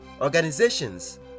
organizations